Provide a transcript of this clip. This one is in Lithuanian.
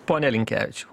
pone linkevičiau